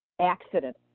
accident